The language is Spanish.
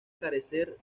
carecer